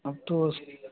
अब तो उस